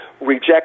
reject